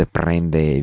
prende